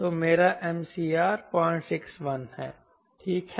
तो मेरा MCR 061 है ठीक है